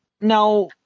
now